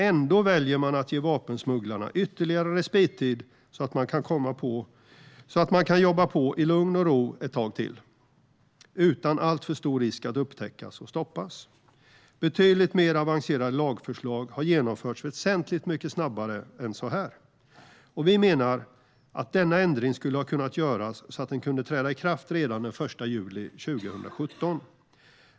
Ändå väljer man att ge vapensmugglarna ytterligare respittid så att de kan jobba på i lugn och ro ett tag till utan alltför stor risk att upptäckas och stoppas. Betydligt mer avancerade lagförslag har genomförts väsentligt mycket snabbare än så här, och vi menar att denna ändring skulle ha kunnat göras så att den kunde träda i kraft redan den 1 juli 2017.